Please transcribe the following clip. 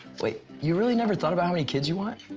wait. you really never thought about how many kids you want?